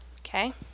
Okay